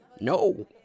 No